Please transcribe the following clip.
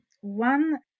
One